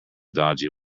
dodgy